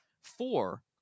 four